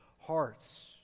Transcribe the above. hearts